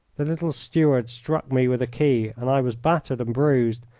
the little steward struck me with a key and i was battered and bruised,